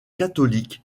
catholiques